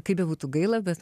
kaip bebūtų gaila bet